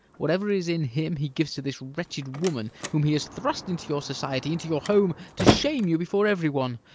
whatever is in him he gives to this wretched woman, whom he has thrust into your society, into your home, to shame you before every one.